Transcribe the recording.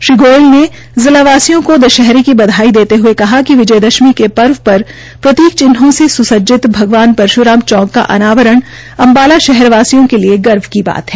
श्री गोयल ने जिला वासियों को दशहरे की बधाई देते ह्ये कहा कि विजय दशमी के पर्व पर प्रतीक चिन्हों से सूसजिज्त भगवान परश्राम चौक का अनावण अम्बाला शहरवासियों के लिए गर्व की बात है